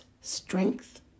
strength